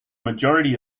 majority